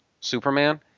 Superman